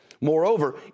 moreover